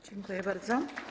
Dziękuję bardzo.